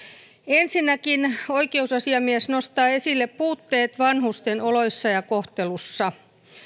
ensinnäkin oikeusasiamies nostaa esille puutteet vanhusten oloissa ja kohtelussa